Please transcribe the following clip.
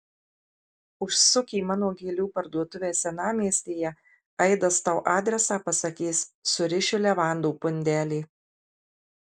užsuk į mano gėlių parduotuvę senamiestyje aidas tau adresą pasakys surišiu levandų pundelį